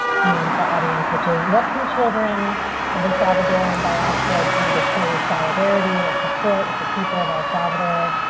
from the audience which is what can children of the salvadoran diaspora do to show solidarity and support with the people of el salvador,